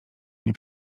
mnie